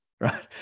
right